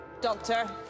doctor